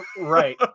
Right